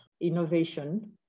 innovation